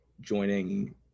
joining